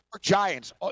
Giants